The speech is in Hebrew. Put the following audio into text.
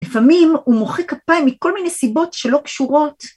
‫לפעמים הוא מוחא כפיים ‫מכל מיני סיבות שלא קשורות.